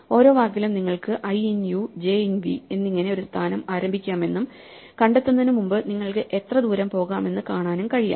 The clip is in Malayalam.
ഓരോ വാക്കിലും നിങ്ങൾക്ക് i in u j in v എന്നിങ്ങനെ ഒരു സ്ഥാനം ആരംഭിക്കാനും കണ്ടെത്തുന്നതിനുമുമ്പ് നിങ്ങൾക്ക് എത്ര ദൂരം പോകാമെന്ന് കാണാനും കഴിയും